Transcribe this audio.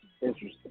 interesting